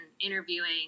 interviewing